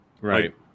right